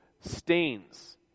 stains